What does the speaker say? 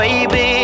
Baby